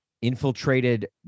infiltrated